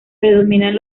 predominan